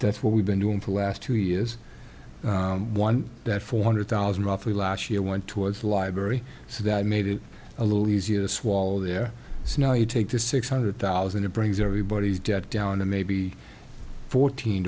that's what we've been doing for the last two years one that four hundred thousand roughly last year went towards the library so that made it a little easier to swallow there so now you take the six hundred thousand it brings everybody's debt down to maybe fourteen